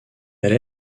elle